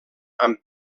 amb